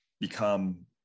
become